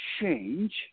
change